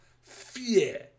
fear